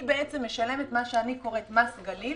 היא משלמת את מה שאני קוראת לו מס גליל